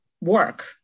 work